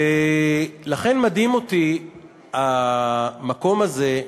ולכן מדהים אותי המקום הזה,